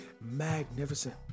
magnificent